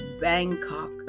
Bangkok